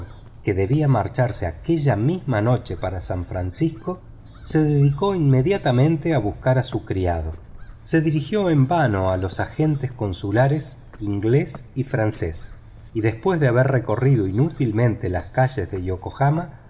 que debía marcharse aquella misma noche para san francisco se decidió inmediatamente a buscar a su criado se dirigió en vano a los agentes consulares inglés y francés y después de haber recorrido inutilmente las calles de yokohama